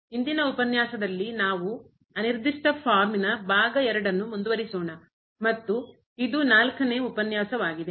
ಇಂದಿನ ಉಪನ್ಯಾಸದಲ್ಲಿ ನಾವು ಅನಿರ್ದಿಷ್ಟ ಫಾರ್ಮ್ ಭಾಗ 2 ಅನ್ನು ಮುಂದುವರಿಸೋಣ ಮತ್ತು ಇದು ನಾಲ್ಕನೇ ಉಪನ್ಯಾಸವಾಗಿದೆ